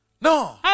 No